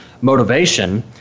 motivation